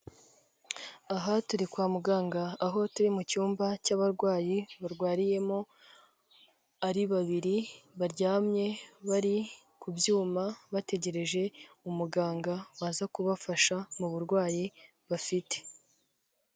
Aha turi kwa muganga, aho turi mu cyumba cy'abarwayi barwariyemo ari babiri, baryamye bari ku byuma, bategereje umuganga waza kubafasha mu burwayi bafite.